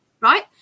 right